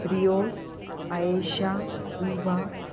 Rios Ayesha Eva